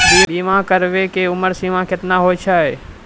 बीमा कराबै के उमर सीमा केतना होय छै?